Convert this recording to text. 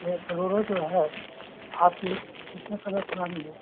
ये ब्लोरो जो है आपकी कितने समय पुरानी है